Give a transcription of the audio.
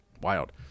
wild